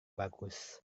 bagus